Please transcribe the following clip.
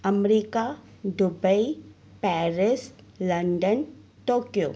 America Dubai Paris London Tokyo